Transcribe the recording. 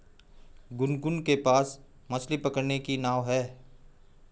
गुनगुन के पास मछ्ली पकड़ने की नाव है